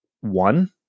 one